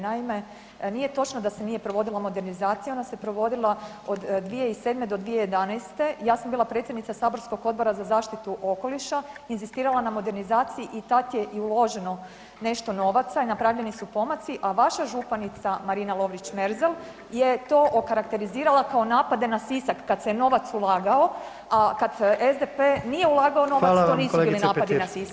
Naime, nije točno da se nije provodila modernizacija ona se provodila od 2007. do 2011., ja sam bila predsjednica saborskog Odbora za zaštitu okoliša, inzistirala na modernizaciji i tad je uloženo i nešto novaca i napravljeni su pomaci, a vaša županica Marina Lovrić Merzel je to okarakterizirala kao napade na Sisak kad se novac ulagao, a kad SDP nije ulagao novac to nisu bili [[Upadica: Hvala vam kolegice Petir.]] napadi na Sisak.